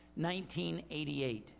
1988